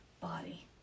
body